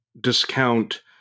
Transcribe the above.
discount